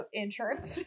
insurance